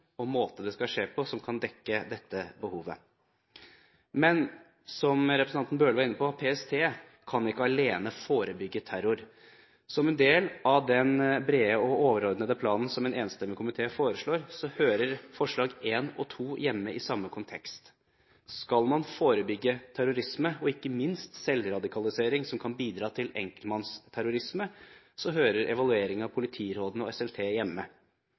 og om hvilken måte man skal gjøre dette på for å dekke dette behovet. Men, som representanten Bøhler var inne på, PST kan ikke alene forebygge terror. Som en del av den brede og overordnede planen som en enstemmig komité foreslår, hører forslagene til vedtak under I og II hjemme i samme kontekst. Skal man forebygge terrorisme, og ikke minst selvradikalisering, som kan bidra til enkeltmannsterrorisme, hører evaluering av politirådene og SLT hjemme